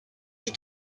you